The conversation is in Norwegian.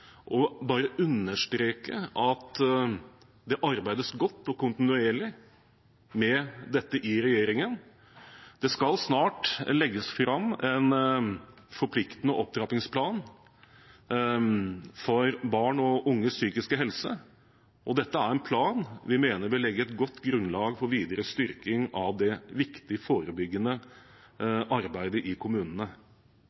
og bare understreke at det arbeides godt og kontinuerlig med dette i regjeringen. Det skal snart legges fram en forpliktende opptrappingsplan for barn og unges psykiske helse, og dette er en plan vi mener vil legge et godt grunnlag for videre styrking av det viktige forebyggende